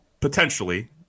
potentially